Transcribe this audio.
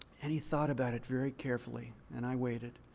and he thought about it very carefully. and i waited.